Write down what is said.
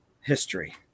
history